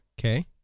Okay